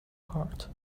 part